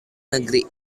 negeri